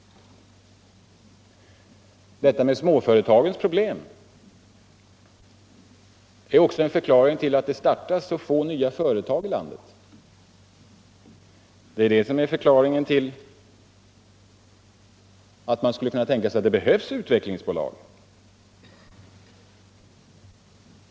Detta med småföretagens problem är också en förklaring till att att det startas så få nya företag i landet. Det är också förklaringen till att man skulle kunna tänka sig att det behövs utvecklingsbolag.